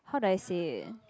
how do I say it